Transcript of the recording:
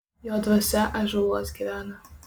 jo dvasia ąžuoluos gyvena